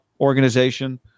organization